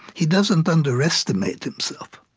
he doesn't underestimate himself.